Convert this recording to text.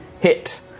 hit